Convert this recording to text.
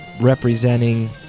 representing